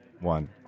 One